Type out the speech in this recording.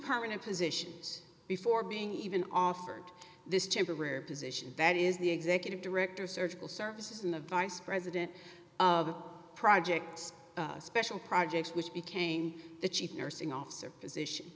permanent positions before being even offered this temporary position that is the executive director of surgical services and the vice president of projects special projects which became the chief nursing officer position